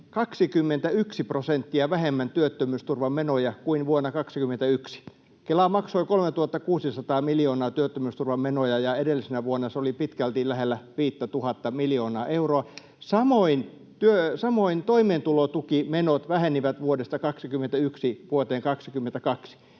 21 prosenttia vähemmän kuin vuonna 21? Kela maksoi 3 600 miljoonaa työttömyysturvamenoja, ja edellisenä vuonna se oli pitkälti lähellä 5 000:ta miljoonaa euroa. Samoin toimeentulotukimenot vähenivät vuodesta 21 vuoteen 22.